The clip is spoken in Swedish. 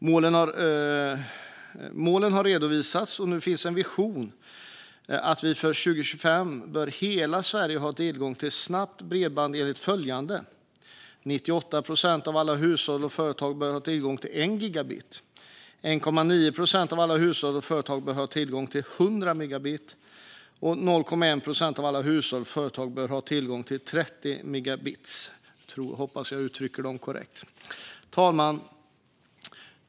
Målen har redovisats, och nu finns en vision om att hela Sverige 2025 bör ha tillgång till snabbt bredband. 98 procent av alla hushåll och företag bör ha tillgång till 1 gigabit per sekund, 1,9 procent av alla hushåll och företag bör ha tillgång till 100 megabit per sekund och 0,1 procent av alla hushåll och företag bör ha tillgång till 30 megabit per sekund. Fru talman!